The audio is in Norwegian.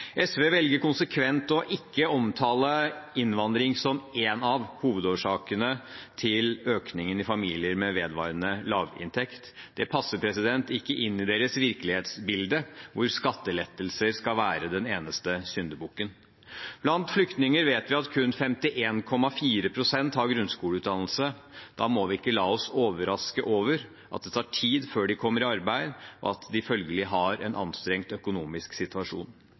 SV velger konsekvent ikke å omtale innvandring som en av hovedårsakene til økningen i familier med vedvarende lav inntekt. Det passer ikke inn i deres virkelighetsbilde, hvor skattelettelser skal være den eneste syndebukken. Blant flyktninger vet vi at kun 51,4 pst. har grunnskoleutdannelse. Da må vi ikke la oss overraske over at det tar tid før de kommer i arbeid, og at de følgelig har en anstrengt økonomisk situasjon.